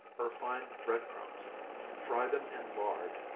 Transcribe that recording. or fine bread crumbs fry them in lard,